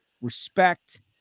respect